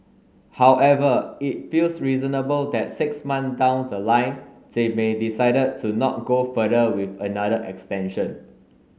however it feels reasonable that six month down the line they may decided to not go further with another extension